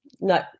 No